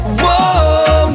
whoa